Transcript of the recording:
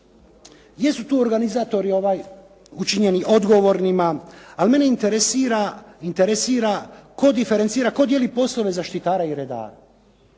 su tu organizatori učinjeni odgovornima. Ali mene interesira tko diferencira, tko dijeli poslove zaštitara i redara.